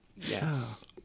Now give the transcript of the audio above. Yes